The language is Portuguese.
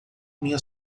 minha